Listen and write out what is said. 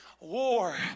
war